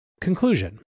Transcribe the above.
Conclusion